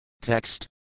Text